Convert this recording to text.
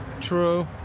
True